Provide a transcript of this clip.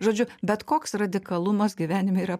žodžiu bet koks radikalumas gyvenime yra